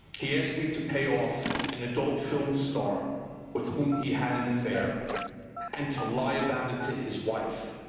he asked me to pay off an adult film star with whom he had an affair and to lie about it to his wife.